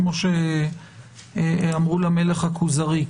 כמו שאמרו למלך הכוזרי,